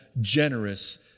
generous